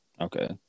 Okay